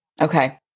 Okay